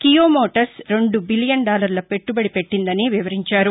Kia Motors రెండు billion డాలర్ల పెట్టుబడి పెట్టిందని వివరించారు